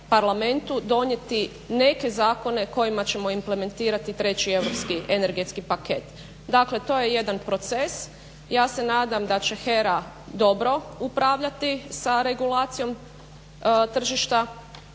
donijeti neke zakone kojima ćemo implementirati treći europski energetski paket. Dakle, to je jedan proces. Ja se nadam da će HERA dobro upravljati sa regulacijom tržišta